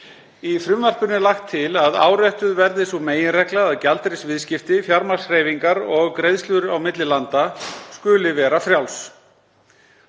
Í frumvarpinu er lagt til að áréttuð verði sú meginregla að gjaldeyrisviðskipti, fjármagnshreyfingar og greiðslur á milli landa skuli vera frjáls.